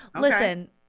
Listen